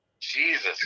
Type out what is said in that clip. Jesus